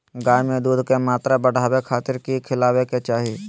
गाय में दूध के मात्रा बढ़ावे खातिर कि खिलावे के चाही?